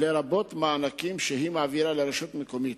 לרבות מענקים, שהיא מעבירה לרשות מקומית.